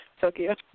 Tokyo